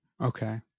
okay